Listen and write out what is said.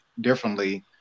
differently